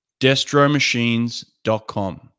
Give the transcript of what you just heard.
Destromachines.com